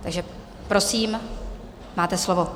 Takže prosím, máte slovo.